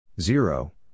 Zero